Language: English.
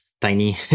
tiny